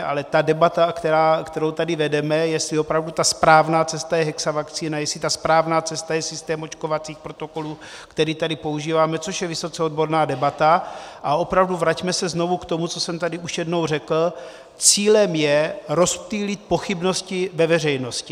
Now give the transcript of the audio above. Ale debata, kterou tady vedeme, jestli opravdu ta správná cesta je hexavakcína, jestli ta správná cesta je systém očkovacích protokolů, který tady používáme, což je vysoce odborná debata, a opravdu vraťme se znovu k tomu, co jsem tady už jednou řekl cílem je rozptýlit pochybnosti ve veřejnosti.